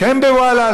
כן וואלה,